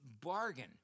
bargain